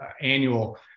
annual